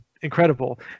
incredible